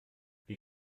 wie